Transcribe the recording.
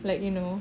like you know